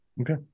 okay